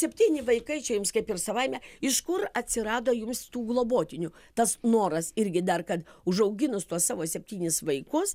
septyni vaikai čia jums kaip ir savaime iš kur atsirado jums tų globotinių tas noras irgi dar kad užauginus tuos savo septynis vaikus